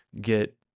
get